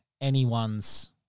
anyone's